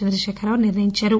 చంద్రశేఖర్ రావు నిర్ణయించారు